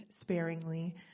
sparingly